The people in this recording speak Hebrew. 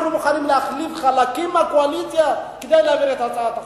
אנחנו מוכנים להחליף חלקים מהקואליציה כדי להעביר את הצעת החוק.